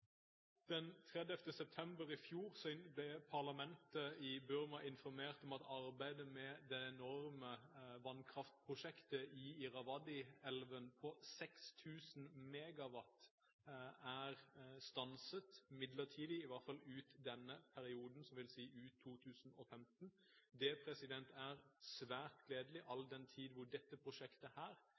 Den 30. september i fjor ble parlamentet i Burma informert om at arbeidet med det enorme vannkraftprosjektet i Irrawaddy-elven, på 6 000 MW, er midlertidig stanset – i hvert fall ut denne perioden, som vil si ut 2015. Det er svært gledelig, all den tid dette prosjektet